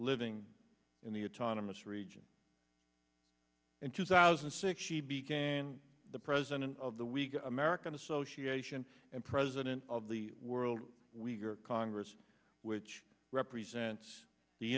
living in the autonomous region in two thousand and six she became the president the weak american association and president of the world we are congress which represents the